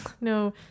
no